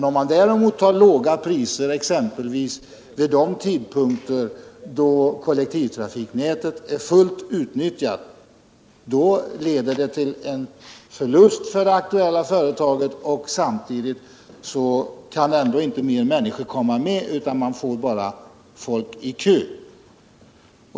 Om man däremot har låga priser exempelvis vid de tidpunkter då kollektivtrafiknätet är fullt utnyttjat leder det till en förlust för det aktuella företaget, samtidigt som fler människor ändå inte kan beredas plats utan bara får stå i kö.